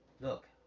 Look